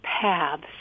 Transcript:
paths